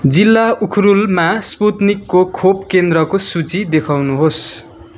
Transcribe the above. जिल्ला उखरुलमा स्पुत्निकको खोप केन्द्रको सूची देखाउनुहोस्